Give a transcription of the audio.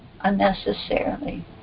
unnecessarily